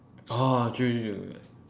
oh true true true yeah